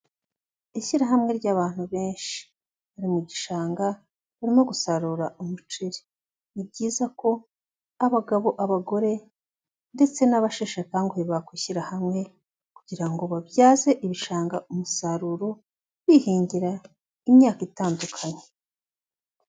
Ishyirahamwe ry'abantu benshi bari mu gishanga barimo gusarura umuceri, ni byiza ko abagabo, abagore ndetse n'abasheshe akanguhe bakwishyira hamwe kugira ngo babyaze ibishanga umusaruro, bihingira imyaka itandukanye.